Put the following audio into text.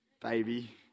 baby